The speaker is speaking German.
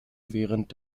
während